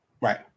Right